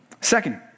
Second